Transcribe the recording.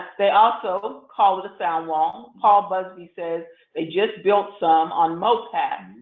they also call it a sound wall. paul bugsby says, they just built some on mopac